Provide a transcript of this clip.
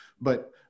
but-